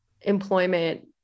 employment